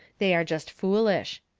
they are jest foolish.